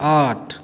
आठ